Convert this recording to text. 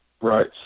Right